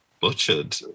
butchered